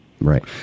right